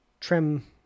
trim